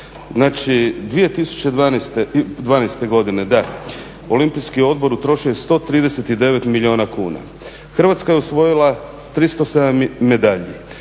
znači 2012. godine Olimpijski odbor utrošio je 139 milijuna kuna, Hrvatska je osvojila 307 medalja.